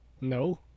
No